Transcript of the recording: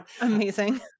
Amazing